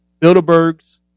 Bilderbergs